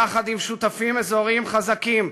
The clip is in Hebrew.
יחד עם שותפים אזוריים חזקים,